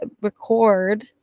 record